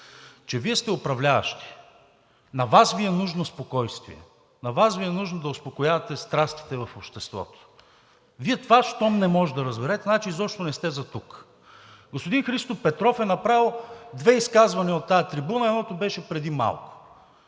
че Вие сте управляващи. На Вас Ви е нужно спокойствие, на Вас Ви е нужно да успокоявате страстите в обществото. Вие това щом не можете да разберете, значи изобщо не сте за тук. Господин Христо Петров е направил две изказвания от тази трибуна – едното беше преди малко.